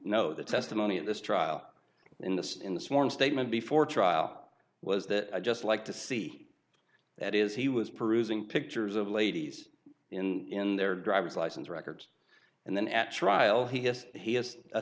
no the testimony in this trial in this in the sworn statement before trial was that i just like to see that is he was perusing pictures of ladies in their driver's license records and then at trial he has he